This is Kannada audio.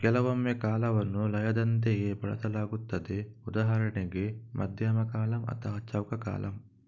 ಕೆಲವೊಮ್ಮೆ ಕಾಲವನ್ನು ಲಯದಂತೆಯೇ ಬಳಸಲಾಗುತ್ತದೆ ಉದಾಹರಣೆಗೆ ಮಧ್ಯಮ ಕಾಲಂ ಅಥವಾ ಚೌಕ ಕಾಲಂ